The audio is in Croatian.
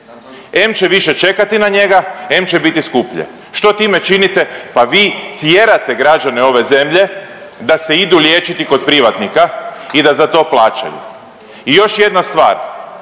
em će više čekati na njega, em će biti skuplje. Što time činite? Pa vi tjerate građane ove zemlje da se idu liječiti kod privatnika i da za to plaćaju. I još jedna stvar,